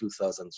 2000s